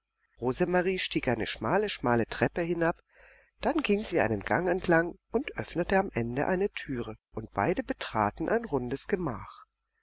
rosemarie stieg eine schmale schmale treppe hinab dann ging sie einen gang entlang und öffnete am ende eine türe und beide betraten ein rundes gemach